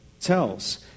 tells